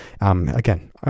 Again